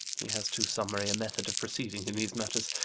he has too summary a method of proceeding in these matters.